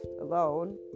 alone